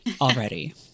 already